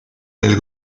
del